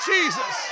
Jesus